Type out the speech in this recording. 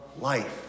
life